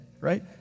right